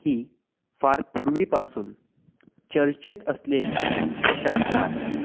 ही फार पूर्वीपासून चर्चेत असलेली शाखा आहे